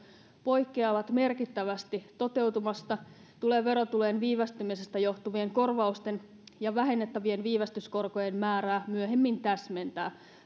poikkeavat merkittävästi toteutumasta tulee verotulojen viivästymisestä johtuvien korvausten ja vähennettävien viivästyskorkojen määrää myöhemmin täsmentää